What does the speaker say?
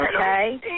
Okay